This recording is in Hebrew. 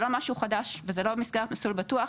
משהו חדש והם לא במסגרת ׳מסלול בטוח׳.